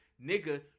nigga